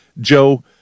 Joe